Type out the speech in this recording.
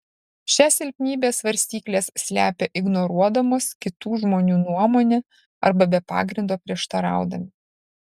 šią silpnybę svarstyklės slepia ignoruodamos kitų žmonių nuomonę arba be pagrindo prieštaraudami